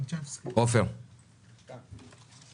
עופר, בבקשה.